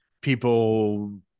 people